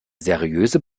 seriöse